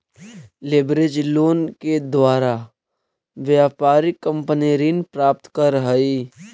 leverage loan के द्वारा व्यापारिक कंपनी ऋण प्राप्त करऽ हई